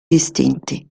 distinti